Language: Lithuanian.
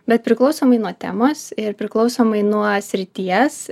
bet priklausomai nuo temos ir priklausomai nuo srities